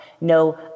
no